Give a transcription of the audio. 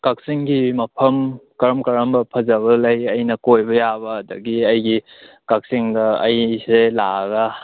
ꯀꯛꯆꯤꯡꯒꯤ ꯃꯐꯝ ꯀꯔꯝ ꯀꯔꯝꯕ ꯐꯖꯕ ꯂꯩ ꯑꯩꯅ ꯀꯣꯏꯕ ꯌꯥꯕ ꯑꯗꯒꯤ ꯑꯩꯒꯤ ꯀꯛꯆꯤꯡꯗ ꯑꯩꯁꯦ ꯂꯥꯛꯑꯒ